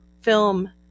film